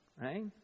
right